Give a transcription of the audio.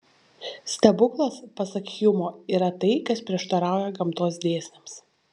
stebuklas pasak hjumo yra tai kas prieštarauja gamtos dėsniams